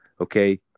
okay